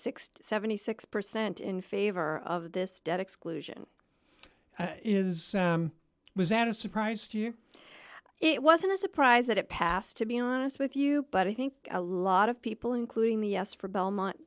and seventy six percent in favor of this debt exclusion is it was that a surprise to you it wasn't a surprise that it passed to be honest with you but i think a lot of people including the yes for belmont